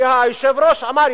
כי היושב-ראש אמר,